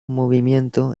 movimiento